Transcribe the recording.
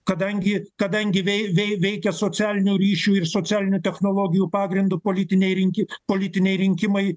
kadangi kadangi vei vei veikia socialinių ryšių ir socialinių technologijų pagrindu politiniai rinki politiniai rinkimai